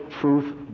truth